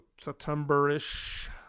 September-ish